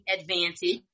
advantage